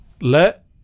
Let